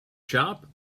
shop